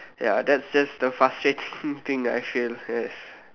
ya that's that's the frustrating thing I feel yes